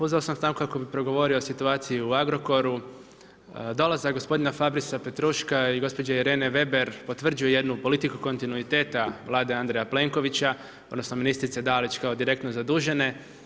Uzeo sam stanku kako bi progovorio o situaciji u Agrokor, dolazak gospodina FAbrisa Petruška i gospođe Irene Weber potvrđuje jednu politiku kontinuiteta vlade Andreja Plenkovića odnosno ministrice Dalić kao direktno zadužene.